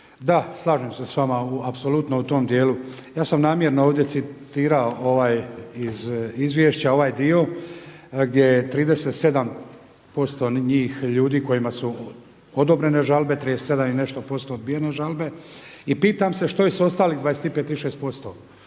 Da slažem se s vama apsolutno u tom djelu. Ja sam namjerno ovdje citirao ovaj iz izvješća ovaj dio gdje je 37% njih ljudi kojima su odobrene žalbe, 37 i nešto posto odbijene žalbe i pitam se što je ostalih 25%,